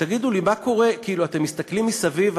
תגידו לי, אתם מסתכלים מסביב?